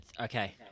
Okay